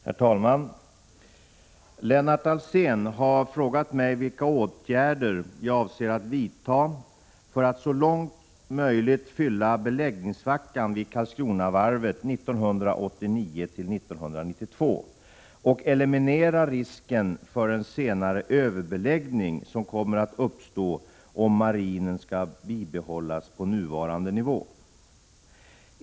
Herr talman! Lennart Alsén har frågat mig vilka åtgärder jag avser att vidta för att så långt möjligt fylla beläggningssvackan vid Karlskronavarvet 1989-1992 och eliminera risken för en senare överbeläggning som kommer att uppstå, om marinen skall bibehållas på nuvarande nivå.